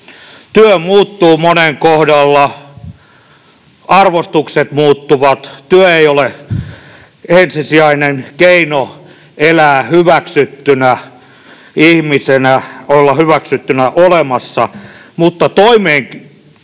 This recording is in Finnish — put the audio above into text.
Työ muuttuu monen kohdalla, arvostukset muuttuvat. Työ ei ole ensisijainen keino elää hyväksyttynä ihmisenä, olla hyväksyttynä olemassa, mutta päivittäisen